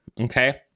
okay